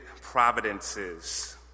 providences